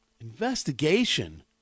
Investigation